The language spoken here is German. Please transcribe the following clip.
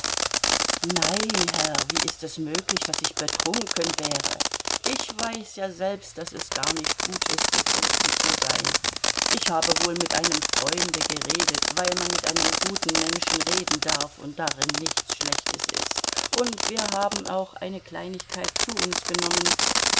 nein herr wie ist es möglich daß ich betrunken wäre ich weiß ja selbst daß es gar nicht gut ist betrunken zu sein ich habe wohl mit einem freunde geredet weil man mit einem guten menschen reden darf und darin nichts schlechtes ist und wir haben auch eine kleinigkeit zu uns genommen